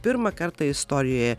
pirmą kartą istorijoje